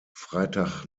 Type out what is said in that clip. freitag